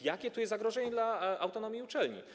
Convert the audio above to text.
Jakie tu jest zagrożenie dla autonomii uczelni?